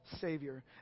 Savior